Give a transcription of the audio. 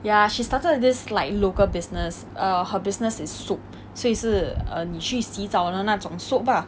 ya she started this like local business err her business is soap 所以是 err 你去洗澡的那种 soap lah